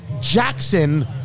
Jackson